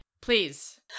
Please